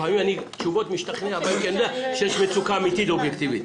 לפעמים אני משתכנע מתשובות כי אני יודע שיש מצוקה אמתית ואובייקטיבית,